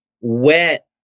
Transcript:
wet